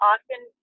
often